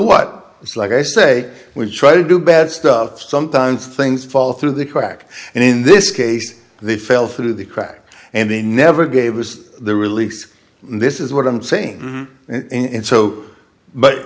what it's like i say we try to do bad stuff sometimes things fall through the crack and in in this case they fell through the cracks and they never gave was the release and this is what i'm saying in so but